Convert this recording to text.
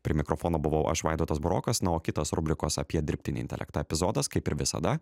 prie mikrofono buvau aš vaidotas burokas o kitos rubrikos apie dirbtinį intelektą epizodas kaip ir visada